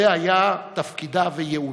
זה היה תפקידה וייעודה.